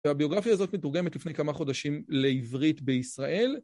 והביוגרפיה הזאת מתורגמת לפני כמה חודשים לעברית בישראל.